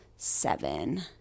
seven